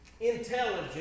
intelligence